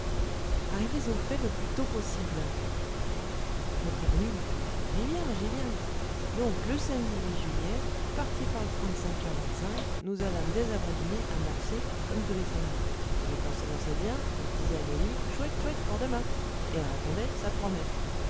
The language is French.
arrivez au fait le plus tôt possible le prévenu reprit j'y viens j'y viens donc le samedi juillet parti par le train de cinq heures vingt-cinq nous allâmes dès avant dîner amorcer comme tous les samedis le temps s'annonçait bien je disais à mélie chouette chouette pour demain et elle répondait ça promet